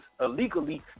illegally